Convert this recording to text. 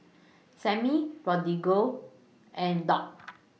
Sammy Rodrigo and Dock